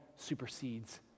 supersedes